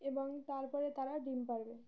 এবং তারপরে তারা ডিম পারবে